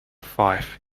fife